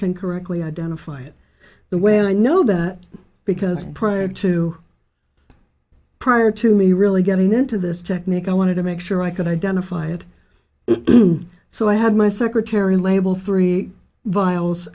can correctly identify it the way i know that because prior to prior to me really getting into this technique i wanted to make sure i could identify it so i had my secretary label three vials